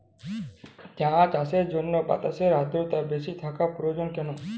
চা চাষের জন্য বাতাসে আর্দ্রতা বেশি থাকা প্রয়োজন কেন?